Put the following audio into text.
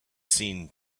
seen